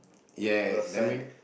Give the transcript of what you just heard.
yes that mean